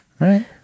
right